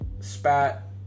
Spat